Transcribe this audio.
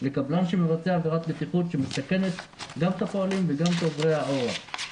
לקבלן שמבצע עבירת בטיחות שמסכנת גם את הפועלים וגם את עוברי האורח.